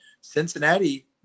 Cincinnati